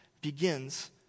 begins